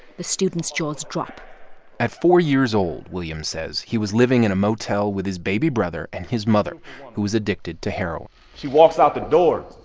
the students' jaws drop at four years old, williams says, he was living in a motel with his baby brother and his mother who was addicted to heroin she walks out the door.